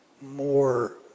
more